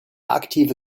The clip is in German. aktive